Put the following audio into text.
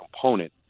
component